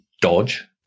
Dodge